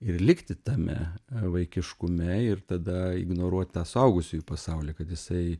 ir likti tame vaikiškume ir tada ignoruot tą suaugusiųjų pasaulį kad jisai